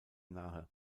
nahe